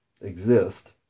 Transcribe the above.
exist